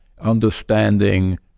understanding